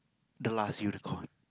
the last unicorn